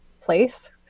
place